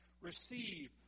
Receive